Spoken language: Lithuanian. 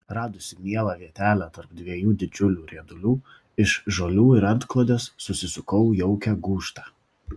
radusi mielą vietelę tarp dviejų didžiulių riedulių iš žolių ir antklodės susisukau jaukią gūžtą